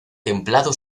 templado